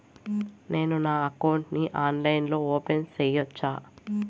నేను నా అకౌంట్ ని ఆన్లైన్ లో ఓపెన్ సేయొచ్చా?